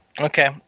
okay